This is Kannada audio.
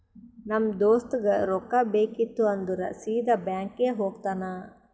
ನಮ್ ದೋಸ್ತಗ್ ರೊಕ್ಕಾ ಬೇಕಿತ್ತು ಅಂದುರ್ ಸೀದಾ ಬ್ಯಾಂಕ್ಗೆ ಹೋಗ್ತಾನ